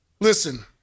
Listen